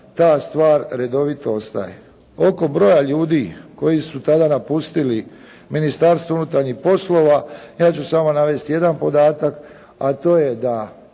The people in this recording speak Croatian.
ta stvar redovito ostaje. Oko broja ljudi koji su tada napustili Ministarstvo unutarnjih poslova, ja ću samo navesti jedan podatak, a to je da,